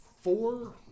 four